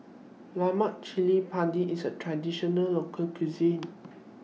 Lemak Cili Padi IS A Traditional Local Cuisine